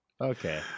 Okay